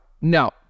no